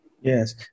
Yes